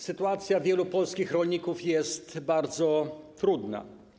Sytuacja wielu polskich rolników jest bardzo trudna.